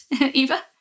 Eva